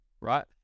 right